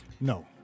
No